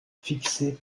fixées